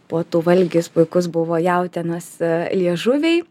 puotų valgis puikus buvo jautienos liežuviai